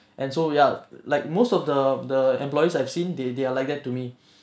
and so ya like most of the the employees I've seen they they are like that to me